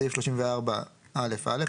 בסעיף 34א(א),